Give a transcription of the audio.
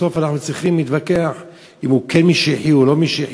בסוף אנחנו צריכים להתווכח אם הוא כן משיחי או לא משיחי,